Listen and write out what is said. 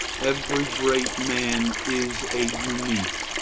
every great man is a unique.